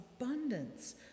abundance